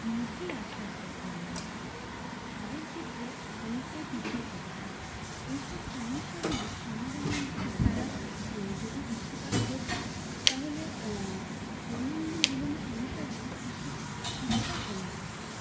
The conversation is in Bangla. মুখেই আশ্বাস দেয় কেবলমাত্র কাজের ক্ষেত্রে অনেকটাই পিছিয়ে থাকে তারা এইসব সমস্যাগুলির সমাধান তারা যদি দৃষ্টিপাত করতো তাহলে দৈনন্দিন জীবনে সমস্যাগুলির কিছু কিছুটা কমতো